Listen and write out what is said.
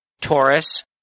Taurus